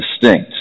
distinct